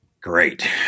Great